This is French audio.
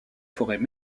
forêts